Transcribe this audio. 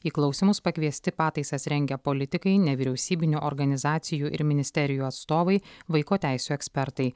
į klausymus pakviesti pataisas rengę politikai nevyriausybinių organizacijų ir ministerijų atstovai vaiko teisių ekspertai